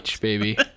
baby